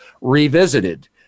revisited